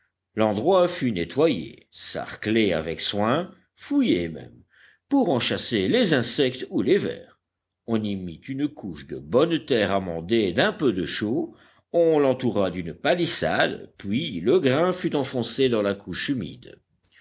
l'endroit fut nettoyé sarclé avec soin fouillé même pour en chasser les insectes ou les vers on y mit une couche de bonne terre amendée d'un peu de chaux on l'entoura d'une palissade puis le grain fut enfoncé dans la couche humide